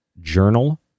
journal